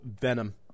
Venom